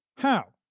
how.